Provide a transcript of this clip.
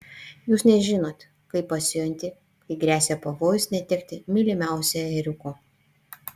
jūs nežinot kaip pasijunti kai gresia pavojus netekti mylimiausio ėriuko